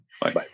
Bye